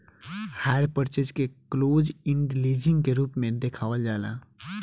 hire purchase के close end leasing के रूप में देखावल जाला